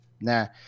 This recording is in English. Now